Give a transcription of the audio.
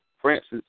Francis